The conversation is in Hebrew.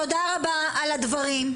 תודה רבה על הדברים.